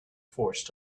forced